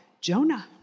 Jonah